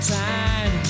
time